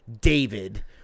David